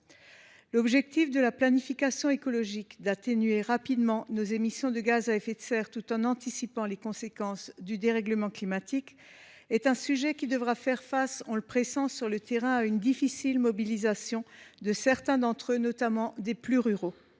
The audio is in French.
L’objectif de la planification écologique d’atténuer rapidement nos émissions de gaz à effet de serre, tout en anticipant les conséquences du dérèglement climatique, est un sujet qui – on le pressent – devra affronter sur le terrain une difficile mobilisation de certains d’entre eux, notamment des plus ruraux.